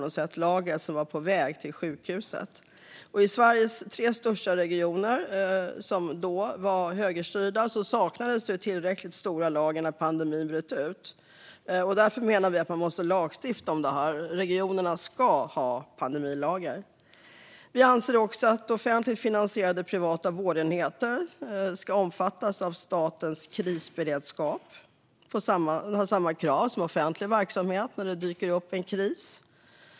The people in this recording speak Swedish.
Långtradaren har fungerat som lager på väg till sjukhuset. I Sveriges tre största regioner, som då var högerstyrda, saknades tillräckligt stora lager när pandemin bröt ut. Därför anser vi att det måste lagstiftas i denna fråga. Regionerna ska ha pandemilager. Vi anser också att offentligt finansierade privata vårdenheter ska omfattas av statens krisberedskap och lyda under samma krav som offentliga verksamheter när det dyker upp en kris.